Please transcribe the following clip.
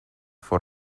for